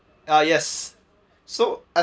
ah yes so